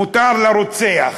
מותר לרוצח,